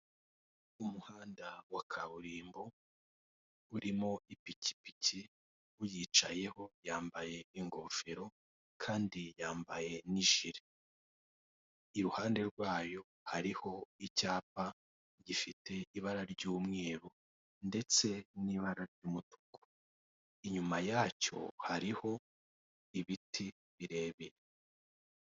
Umuhanda wa kaburimbo urimo ipikipiki. Uyitwaye yambaye ingofero y'umutuku ndetse n'ijire. Hirya yayo hari icyapa gifite ibara ry'umuhondo n'iry'umutuku. Hirya yacyo hari ibiti birebire.